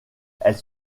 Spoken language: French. elles